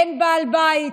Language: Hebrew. אין בעל בית,